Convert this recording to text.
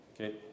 Okay